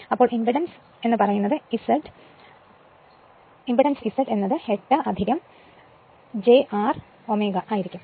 അതിനാൽ impedance Z 8 j 6 ആയിരിക്കും